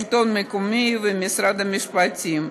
שלטון המקומי ומשרד המשפטים,